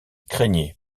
craignait